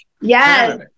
Yes